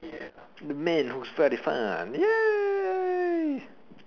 the man who's very fun !yay!